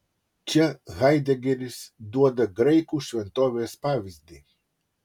čia haidegeris duoda graikų šventovės pavyzdį